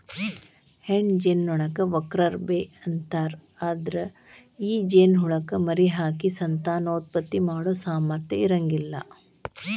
ಹೆಣ್ಣ ಜೇನನೊಣಕ್ಕ worker bee ಅಂತಾರ, ಅದ್ರ ಈ ಜೇನಹುಳಕ್ಕ ಮರಿಹಾಕಿ ಸಂತಾನೋತ್ಪತ್ತಿ ಮಾಡೋ ಸಾಮರ್ಥ್ಯ ಇರಂಗಿಲ್ಲ